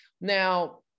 Now